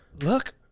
Look